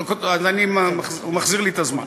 הוא מחזיר לי את הזמן.